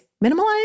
minimize